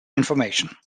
information